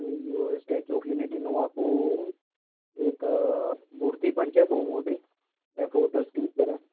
statue of યુનિટીનું આખું એક મૂર્તિ પણ છે બહુ મોટી ત્યાં ફોટોસ ક્લિક કરવા